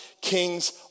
kings